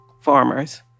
farmers